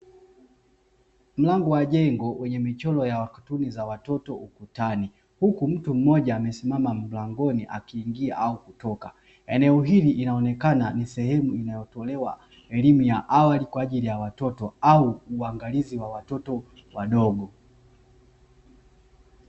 Mlango wa jengo wenye michoro ya katuni za watoto ukutani, huku mtu mmoja akisimama mlangoni akiingia au kutoka. Eneo hili inaonekana ni sehemu inayotolewa elimu ya awali kwa ajili ya watoto au uangalizi wa watoto wadogo.